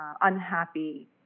unhappy